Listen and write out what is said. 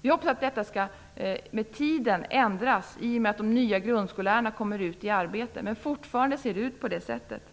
Vi hoppas att detta med tiden skall ändras, i och med att de nya grundskollärarna kommer ut i arbete. Men fortfarande ser det ut på nämnda sätt.